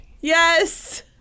Yes